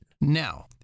Now